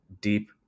deep